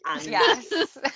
Yes